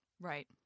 Right